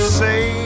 say